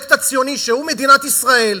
הפרויקט הציוני שהוא מדינת ישראל,